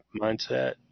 mindset